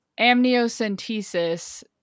amniocentesis